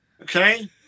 okay